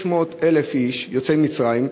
600,000 איש יוצאי מצרים,